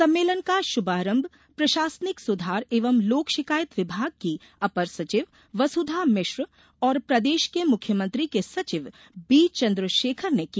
सम्मेलन का शुभारंभ प्रशासनिक सुधार एवं लोक शिकायत विभाग की अपर सचिव वसुधा मिश्र ओर प्रदेश के मुख्यमंत्री के सचिव बी चंद्रशेखर ने किया